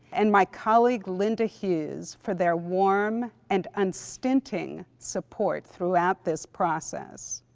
and my colleague linda hughes for their warm and unstinting support throughout this process.